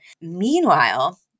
meanwhile